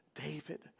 David